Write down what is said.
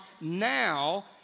now